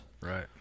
Right